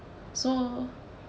so